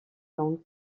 langue